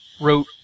wrote